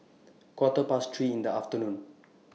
Quarter Past three in The afternoon